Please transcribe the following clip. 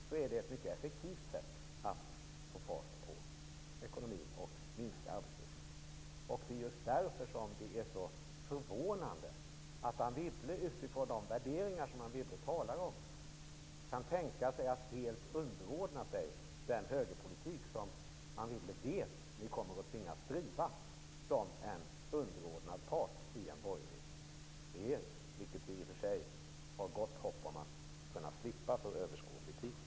Det vore ett mycket effektivt sätt att få fart på ekonomin och minska arbetslösheten. Det är just därför som det är så förvånande att Anne Wibble, utifrån de värderingar som hon talar om, kan tänka sig att helt underordna sig den högerpolitik som Anne Wibble vet att Folkpartiet kommer att tvingas driva som en underordnad part i en borgerlig regering. Det har vi i och för sig gott hopp om att kunna slippa för överskådlig tid.